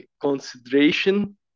consideration